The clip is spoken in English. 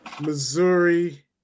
Missouri